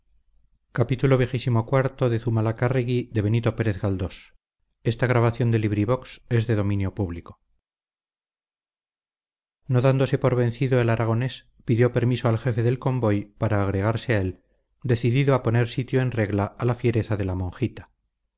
despreciativas razones no dándose por vencido el aragonés pidió permiso al jefe del convoy para agregarse a él decidido a poner sitio en regla a la fiereza de la monjita